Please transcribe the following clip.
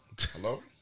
Hello